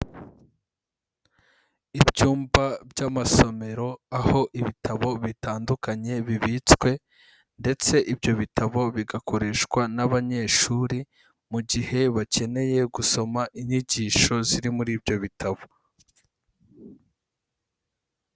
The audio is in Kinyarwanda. Ibyumba by'amasomero aho ibitabo bitandukanye bibitswe ndetse ibyo bitabo bigakoreshwa n'abanyeshuri mu gihe bakeneye gusoma inyigisho ziri muri ibyo bitabo.